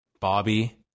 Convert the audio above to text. Bobby